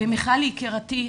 מיכל יקירתי,